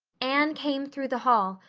anne came through the hall,